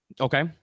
Okay